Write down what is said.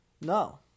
No